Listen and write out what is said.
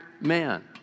man